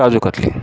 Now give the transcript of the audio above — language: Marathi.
काजूकतली